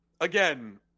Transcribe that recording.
again